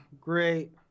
Great